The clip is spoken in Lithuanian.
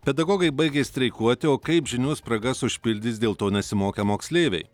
pedagogai baigė streikuoti o kaip žinių spragas užpildys dėl to nesimokę moksleiviai